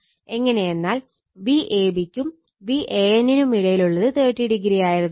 എങ്ങനെയെന്നാൽ Vab ക്കും Van നും ഇടയിലുള്ളത് 30o ആയിരുന്നു